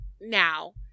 Now